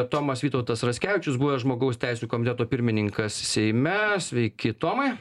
tomas vytautas raskevičius buvęs žmogaus teisių komiteto pirmininkas seime sveiki tomai